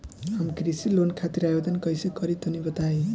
हम कृषि लोन खातिर आवेदन कइसे करि तनि बताई?